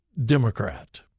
Democrat